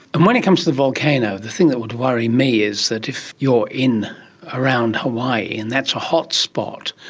and when it comes to the volcano, the thing that would worry me is that if you are in around hawaii, and that's a hot-spot,